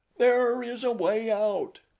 there is a way out!